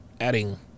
adding